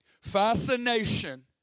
Fascination